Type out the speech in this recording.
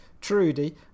Trudy